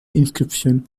inscription